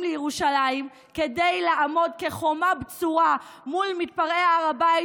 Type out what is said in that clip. לירושלים כדי לעמוד כחומה בצורה מול מתפרעי הר הבית,